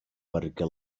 perquè